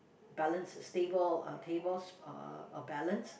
balance stable uh table uh balance